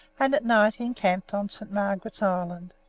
and at night encamped on st. margaret's island.